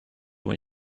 when